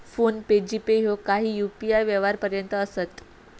phone पे, GPay ह्यो काही UPI व्यवहार पर्याय असत